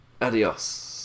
Adios